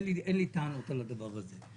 אין לי טענות על הדבר הזה.